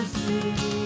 see